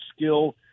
skill